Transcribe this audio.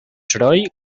soroll